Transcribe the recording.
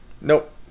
Nope